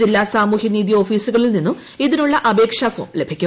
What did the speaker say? ജില്ലാ സാമൂഹൃനീതി ഓഫീസുകളിൽ നിന്നും ഇതിനുള്ള അപേക്ഷാ ഫോം ലഭിക്കും